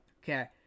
okay